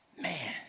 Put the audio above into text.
Man